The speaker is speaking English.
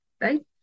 right